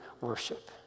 worship